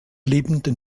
lebenden